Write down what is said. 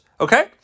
Okay